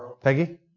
Peggy